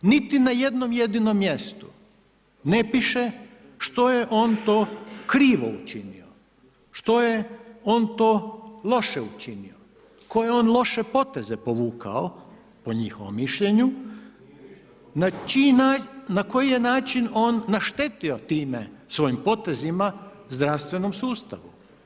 Niti na jednom jedinom mjestu, ne piše što je on to krivo učinio, što je on to loše učinio, koje je on loše poteze povukao, po njihovom mišljenju, na čiji način, na koji je način on naštetio time, svojim potezima zdravstvenom sustavu?